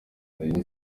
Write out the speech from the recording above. nari